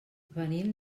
venim